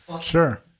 Sure